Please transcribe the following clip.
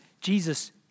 Jesus